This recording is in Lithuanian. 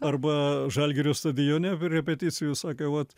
arba žalgirio stadione repeticijų sakė vat